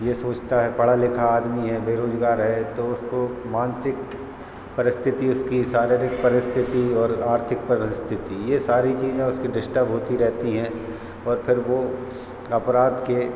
यह सोचता है पढ़ा लिखा आदमी है बेरोज़गार है तो उसको मानसिक परिस्थिति उसकी शारीरिक परिस्थिति और आर्थिक परिस्थिति ये सारी चीज़ें उसकी डिश्टब होती रहती हैं और फिर वह अपराध के